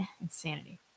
insanity